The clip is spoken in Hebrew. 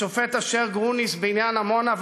השופט אשר גרוניס, בעניין עמונה: